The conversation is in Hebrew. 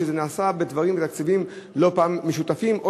כשזה נעשה בתקציבים משותפים לא פעם,